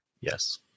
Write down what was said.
yes